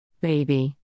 Baby